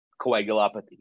coagulopathy